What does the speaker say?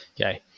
okay